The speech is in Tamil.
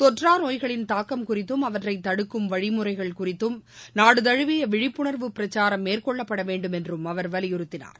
தொற்றா நோய்களின் தாக்கம் குறித்தும் அவற்றை தடுக்கும் வழிமுறைகள் குறித்தும் நாடு தமுவிய விழிப்புணர்வு பிரசாரம் மேற்கொள்ளப்பட வேண்டும் என்றும் அவர் வலியுறத்தினார்